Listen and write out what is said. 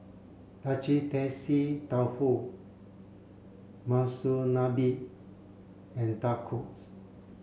Agedashi Dofu Monsunabe and Tacos